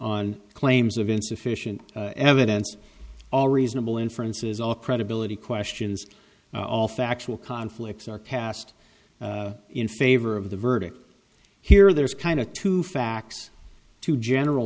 on claims of insufficient evidence all reasonable inferences all credibility questions all factual conflicts are cast in favor of the verdict here there's kind of two facts to general